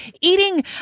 eating